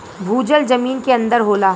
भूजल जमीन के अंदर होला